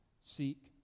seek